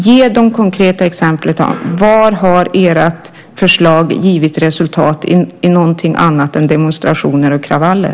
Ge de konkreta exemplen! Var har ert förslag givit något annat resultat än demonstrationer och kravaller?